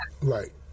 Right